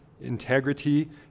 integrity